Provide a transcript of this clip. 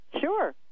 Sure